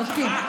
צודקים.